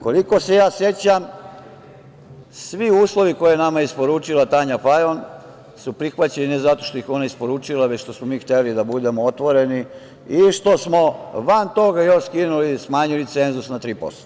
Koliko se ja sećam, svi uslovi koje je nama isporučila Tanja Fajon su prihvaćeni, ne zato što ih je ona isporučila, već zato što smo mi hteli da budemo otvoreni i što smo van toga još skinuli, smanjili cenzus na 3%